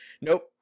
Nope